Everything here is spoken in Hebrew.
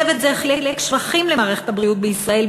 צוות זה חילק שבחים למערכת הבריאות בישראל,